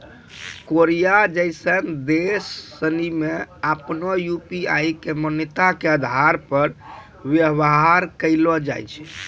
Korea जैसन देश सनि मे आपनो यू.पी.आई के मान्यता के आधार पर व्यवहार कैलो जाय छै